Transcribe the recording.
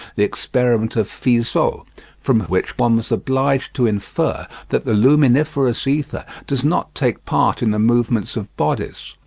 the experiment of fizeau, from which one was obliged to infer that the luminiferous ether does not take part in the movements of bodies.